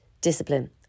discipline